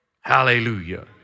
Hallelujah